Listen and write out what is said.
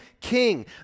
king